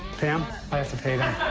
pam, i have to pay them.